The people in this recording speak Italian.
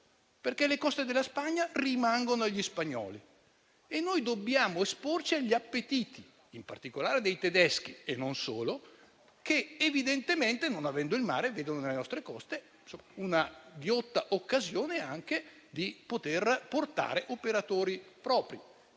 perché le sue coste rimangono agli spagnoli, mentre noi dobbiamo esporci agli appetiti, in particolare dei tedeschi, ma non solo, che evidentemente, non avendo il mare, vedono nelle nostre coste una ghiotta occasione anche per portare i propri